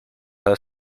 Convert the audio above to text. her